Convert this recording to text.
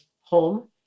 home